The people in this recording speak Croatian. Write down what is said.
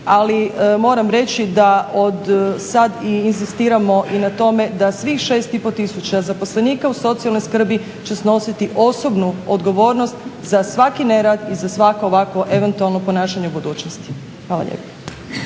Ali moram reći da od sad inzistiramo i na tome da svih 6 i pol tisuća zaposlenika u socijalnoj skrbi će snositi osobnu odgovornost za svaki nerad i za svako ovakvo eventualno ponašanje u budućnosti. Hvala lijepa.